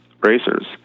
racers